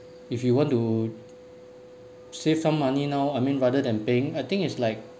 if you want to save some money now I mean rather than paying I think is like